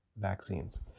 vaccines